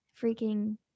freaking